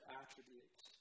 attributes